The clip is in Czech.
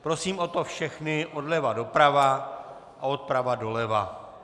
Prosím o to všechny odleva doprava a odprava doleva.